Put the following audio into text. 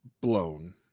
blown